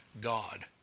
God